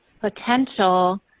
potential